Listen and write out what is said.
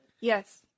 Yes